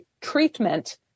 treatment